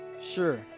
Sure